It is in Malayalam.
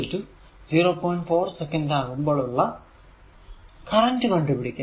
4 സെക്കന്റ് ആകുമ്പോൾ ഉള്ള കറന്റ് കണ്ടു പിടിക്കുക